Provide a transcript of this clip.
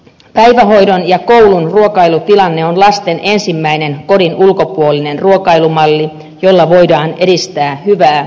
päivähoidon ja koulun ruokailutilanne on lasten ensimmäinen kodin ulkopuolinen ruokailumalli jolla voidaan edistää hyvää ravitsemusta